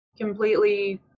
completely